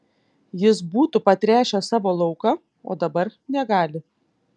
jis būtų patręšęs savo lauką o dabar negali